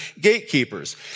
gatekeepers